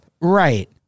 Right